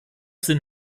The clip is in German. sind